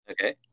Okay